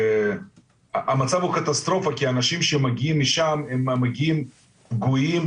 המצב הוא קטסטרופה כי האנשים שמגיעים משם מגיעים פגועים,